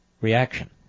reaction